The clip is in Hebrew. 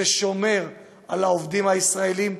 זה שומר על העובדים הישראלים.